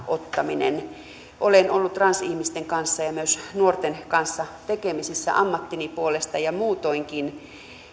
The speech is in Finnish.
ottaminen olen ollut transihmisten ja myös nuorten kanssa tekemisissä ammattini puolesta ja muutoinkin